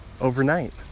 overnight